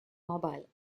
mobile